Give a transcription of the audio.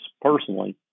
personally